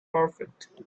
perfect